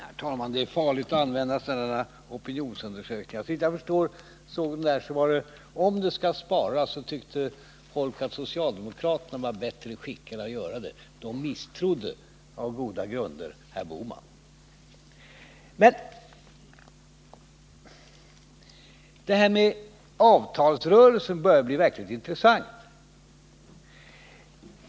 Herr talman! Det är farligt att använda sådana där opinionsundersökningar. Såvitt jag förstod det hela visade undersökningen att om det skulle sparas så tyckte folk att socialdemokraterna var bättre skickade att göra det. Man misstrodde på goda grunder herr Bohman. Det här med avtalsrörelsen börjar bli verkligt intressant.